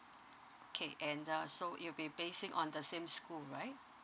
okay and uh so it'll be basing on the same school right